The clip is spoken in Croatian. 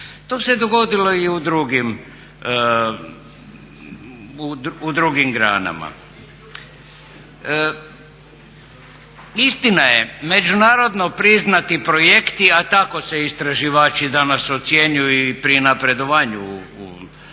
To se je dogodilo i u drugim granama. Istina je međunarodno priznati projekti, a tako se istraživački danas ocjenjuju i pri napredovanju na